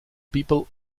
people